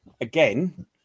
again